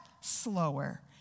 slower